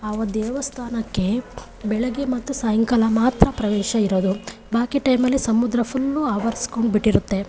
ಆ ದೇವಸ್ಥಾನಕ್ಕೆ ಬೆಳಗ್ಗೆ ಮತ್ತು ಸಾಯಂಕಾಲ ಮಾತ್ರ ಪ್ರವೇಶ ಇರೋದು ಬಾಕಿ ಟೈಮಲ್ಲಿ ಸಮುದ್ರ ಫುಲ್ಲು ಆವರಿಸ್ಕೊಂಡ್ಬಿಟ್ಟಿರುತ್ತೆ